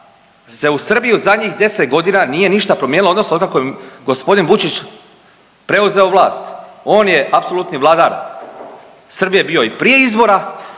se u Srbiji u zadnjih 10 godina nije ništa promijenilo, odnosno od kako je g. Vučić preuzeo vlast, on je apsolutni vladar Srbije bio i prije izbora